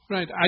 Right